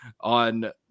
on